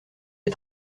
est